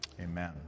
Amen